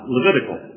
Levitical